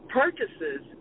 purchases